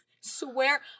Swear